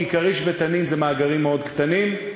כי "כריש" ו"תנין" הם מאגרים מאוד קטנים,